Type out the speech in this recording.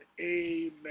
amen